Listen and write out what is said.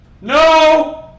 No